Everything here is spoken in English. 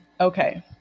Okay